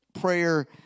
prayer